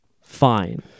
Fine